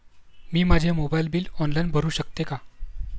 मी माझे mobile bill online भरू शकते का?